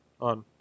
on